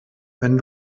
wenn